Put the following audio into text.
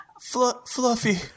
Fluffy